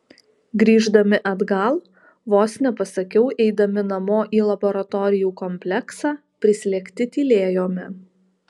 grįždami atgal vos nepasakiau eidami namo į laboratorijų kompleksą prislėgti tylėjome